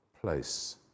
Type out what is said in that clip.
place